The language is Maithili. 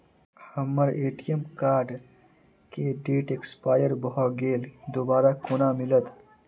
हम्मर ए.टी.एम कार्ड केँ डेट एक्सपायर भऽ गेल दोबारा कोना मिलत?